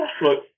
Look